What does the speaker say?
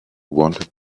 wanted